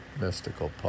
mystical